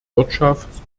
wirtschafts